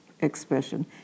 expression